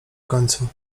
końcu